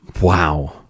wow